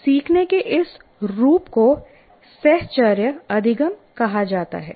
सीखने के इस रूप को साहचर्य अधिगम कहा जाता है